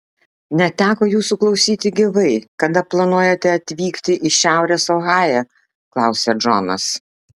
neteko jūsų klausyti gyvai kada planuojate atvykti į šiaurės ohają klausia džonas